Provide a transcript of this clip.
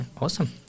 awesome